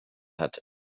hat